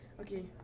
Okay